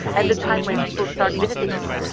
and the time when people start visiting it.